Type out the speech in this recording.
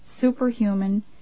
superhuman